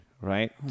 right